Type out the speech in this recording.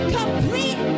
complete